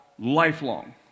lifelong